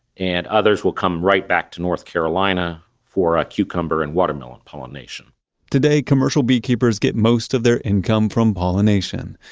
and others will come right back to north carolina for ah cucumber and watermelon pollination today, commercial beekeepers get most of their income from pollination.